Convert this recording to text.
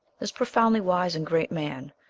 this profoundly wise and great man,